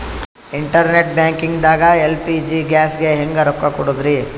Internet banking ದಾಗ LPG ಗ್ಯಾಸ್ಗೆ ಹೆಂಗ್ ರೊಕ್ಕ ಕೊಡದ್ರಿ?